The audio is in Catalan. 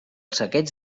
saqueig